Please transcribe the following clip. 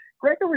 Gregory